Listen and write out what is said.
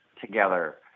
together